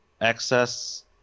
access